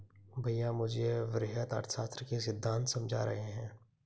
भैया मुझे वृहत अर्थशास्त्र के सिद्धांत समझा रहे हैं